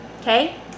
Okay